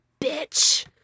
bitch